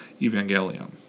evangelium